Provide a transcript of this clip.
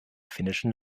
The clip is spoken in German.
finnischen